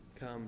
come